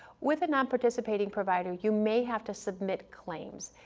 with a nonparticipating provider, you may have to submit claims.